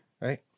right